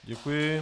Děkuji.